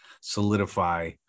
solidify